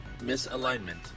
misalignment